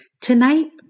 Tonight